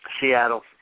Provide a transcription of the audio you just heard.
Seattle